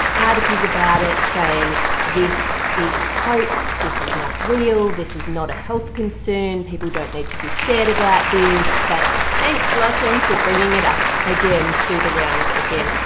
articles about it saying this is a hoax this is not real this is not a health concern, people don't need to be scared about this but thanks blossom for bringing it up again to do the rounds again.